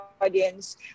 audience